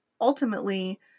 Ultimately